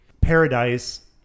paradise